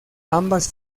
ambas